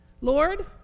Lord